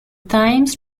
times